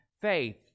faith